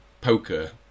poker